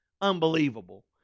unbelievable